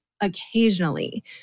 occasionally